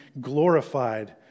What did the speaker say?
glorified